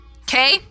Okay